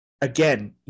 again